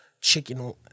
chicken